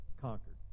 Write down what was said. conquered